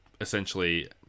essentially